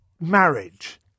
marriage